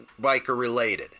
biker-related